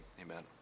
amen